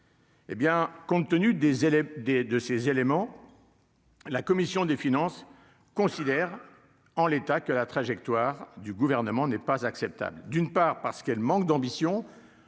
élèves des de ces éléments, la commission des finances considère en l'état que la trajectoire du gouvernement n'est pas acceptable d'une part parce qu'elle manque d'ambition